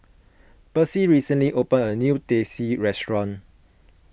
Percy recently opened a new Teh C restaurant